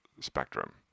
spectrum